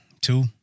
Two